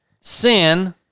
sin